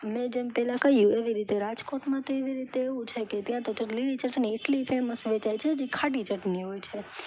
મેં જેમ પહેલાં કહ્યું એવી રીતે રાજકોટમાં તો એવી રીતે એવું છે કે ત્યાં તો ચટ લીલી ચટણી એટલી ફેમસ વેંચાય છે જે ખાટી ચટણી હોય છે